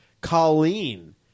colleen